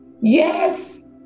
Yes